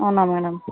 అవునా మ్యాడమ్